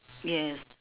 yes